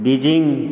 Beijing